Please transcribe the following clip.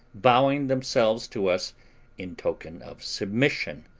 bowing themselves to us in token of submission.